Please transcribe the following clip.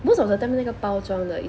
most of the time 那个包装的